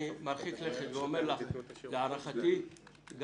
אני מרחיק לכת ואומר לך שגם שעה